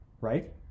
right